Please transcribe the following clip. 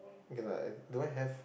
okay lah do I have